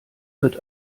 wird